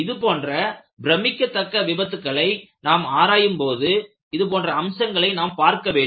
இதுபோன்ற பிரமிக்கத்தக்க விபத்துகளை நாம் ஆராயும் போது இது போன்ற அம்சங்களை நாம் பார்க்க வேண்டும்